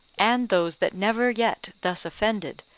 and those that never yet thus offended,